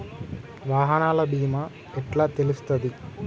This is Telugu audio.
వాహనాల బీమా ఎట్ల తెలుస్తది?